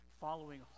following